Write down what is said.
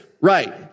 right